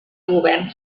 govern